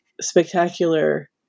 spectacular